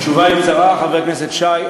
התשובה קצרה, חבר הכנסת שי.